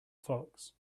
fox